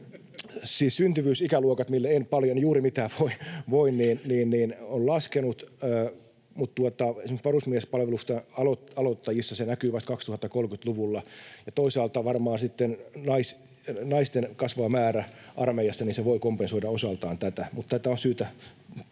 syntyvyysikäluokat, joille en paljon juuri mitään voi, ovat laskeneet, mutta esimerkiksi varusmiespalvelusta aloittavissa se näkyy vasta 2030-luvulla. Ja toisaalta varmaan sitten naisten kasvava määrä armeijassa voi kompensoida osaltaan tätä. Mutta tätä on syytä